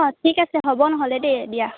অঁ ঠিক আছে হ'ব নহ'লে দেই দিয়া